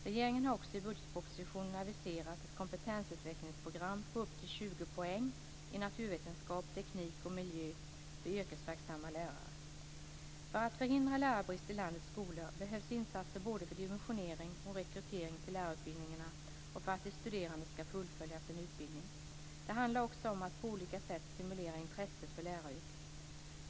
Regeringen har också i budgetpropositionen aviserat ett kompetensutvecklingsprogram på upp till 20 poäng i naturvetenskap, teknik och miljö för yrkesverksamma lärare. För att förhindra lärarbrist i landets skolor behövs insatser både för dimensionering och rekrytering till lärarutbildningarna och för att de studerande skall fullfölja sin utbildning. Det handlar också om att på olika sätt stimulera intresset för läraryrket.